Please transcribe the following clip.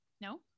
no